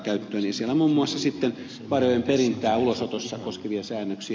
siellä on muun muassa varojen perintää ulosotossa koskevia säännöksiä